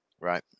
Right